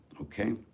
okay